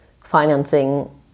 financing